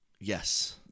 Yes